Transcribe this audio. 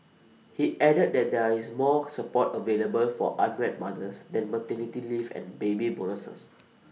he added that there is more support available for unwed mothers than maternity leave and baby bonuses